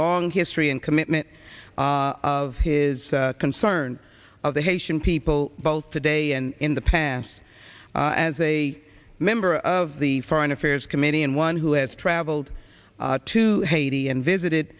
long history in commitment of his concern of the haitian people both today and in the past as a member of the foreign affairs committee and one who has traveled to haiti and visited